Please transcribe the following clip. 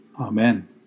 Amen